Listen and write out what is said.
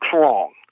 wrong